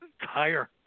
higher